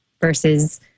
versus